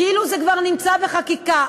זה כבר נמצא בחקיקה.